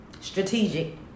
strategic